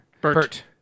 Bert